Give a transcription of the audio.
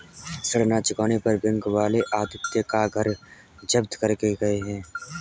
ऋण ना चुकाने पर बैंक वाले आदित्य का घर जब्त करके गए हैं